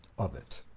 of it.